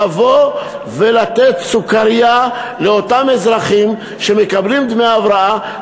לבוא ולתת סוכרייה לאותם אזרחים שמקבלים דמי הבראה,